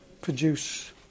produce